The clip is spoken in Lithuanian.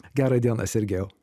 gerą dieną sergėjau